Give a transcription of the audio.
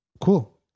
cool